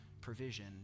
provision